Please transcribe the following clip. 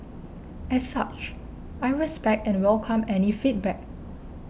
as such I respect and welcome any feedback